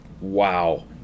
wow